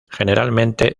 generalmente